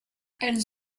elles